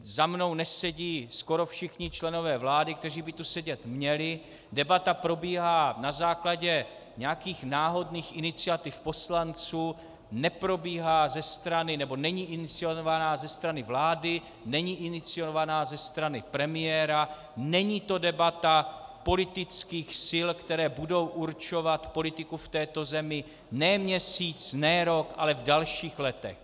Za mnou nesedí skoro všichni členové vlády, kteří by tu sedět měli, debata probíhá na základě nějakých náhodných iniciativ poslanců, není iniciovaná ze strany vlády, není iniciovaná ze strany premiéra, není to debata politických sil, které budou určovat politiku v této zemi ne měsíc, ne rok, ale v dalších letech.